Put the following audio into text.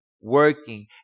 working